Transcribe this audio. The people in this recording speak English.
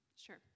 Sure